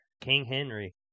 King-Henry